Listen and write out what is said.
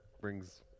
brings